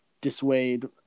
dissuade